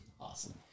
Awesome